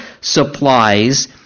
supplies